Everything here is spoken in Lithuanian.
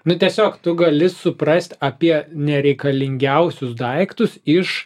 nu tiesiog tu gali suprast apie nereikalingiausius daiktus iš